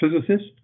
physicist